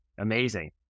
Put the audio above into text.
amazing